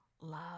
love